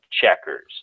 checkers